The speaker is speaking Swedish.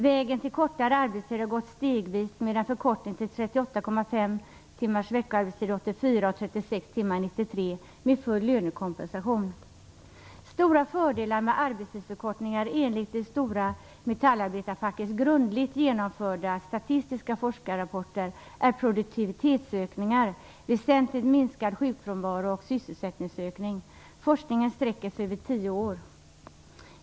Vägen till kortare arbetstid har gått stegvis med en förkortning till Stora fördelar med arbetstidsförkortningar enligt det stora metallarbetarfackets grundligt genomförda statistiska forskarrapporter är produktivitetsökningar, väsentligt minskad sjukfrånvaro och sysselsättningsökning. Forskningen sträcker sig över 10 år.